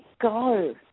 go